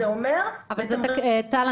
טל,